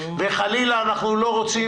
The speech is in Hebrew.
וחלילה אנחנו לא רוצים